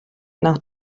nach